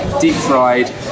deep-fried